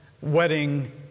wedding